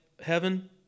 heaven